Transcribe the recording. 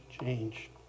change